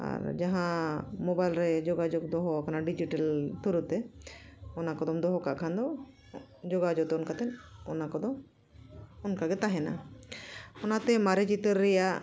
ᱟᱨ ᱡᱟᱦᱟᱸ ᱢᱳᱵᱟᱭᱤᱞ ᱨᱮ ᱡᱳᱜᱟᱡᱳᱜᱽ ᱫᱚᱦᱚᱣᱟᱠᱟᱱᱟ ᱰᱤᱡᱤᱴᱟᱞ ᱛᱷᱨᱩ ᱛᱮ ᱚᱱᱟ ᱠᱚᱫᱚᱢ ᱫᱚᱦᱚ ᱠᱟᱜ ᱠᱷᱟᱱ ᱫᱚ ᱡᱳᱜᱟᱣᱡᱚᱛᱚᱱ ᱠᱟᱛᱮᱫ ᱚᱱᱟ ᱠᱚᱫᱚ ᱚᱱᱠᱟᱜᱮ ᱛᱟᱦᱮᱱᱟ ᱚᱱᱟᱛᱮ ᱢᱟᱨᱮ ᱪᱤᱛᱟᱹᱨ ᱨᱮᱱᱟᱜ